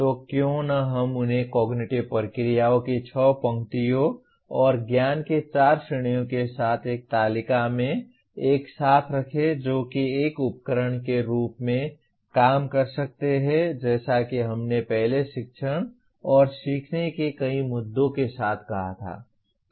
तो क्यों न हम उन्हें कॉग्निटिव प्रक्रियाओं की छह पंक्तियों और ज्ञान की चार श्रेणियों के साथ एक तालिका में एक साथ रखें जो कि एक उपकरण के रूप में काम कर सकते हैं जैसा कि हमने पहले शिक्षण और सीखने के कई मुद्दों के साथ कहा था